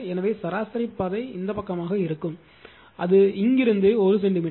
எனவே சராசரி பாதை இந்த பக்கமாக இருக்கும் அது இங்கிருந்து 1 சென்டிமீட்டர்